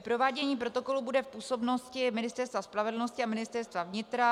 Provádění protokolu bude v působnosti Ministerstva spravedlnosti a Ministerstva vnitra.